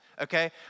okay